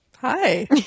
Hi